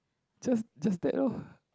just just that lor